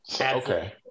okay